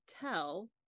tell